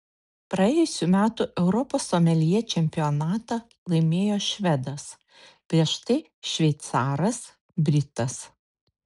praėjusių metų europos someljė čempionatą laimėjo švedas prieš tai šveicaras britas